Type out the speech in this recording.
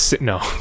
no